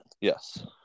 Yes